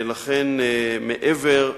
לכן מעבר,